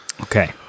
Okay